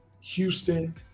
houston